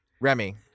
Remy